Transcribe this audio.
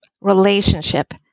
relationship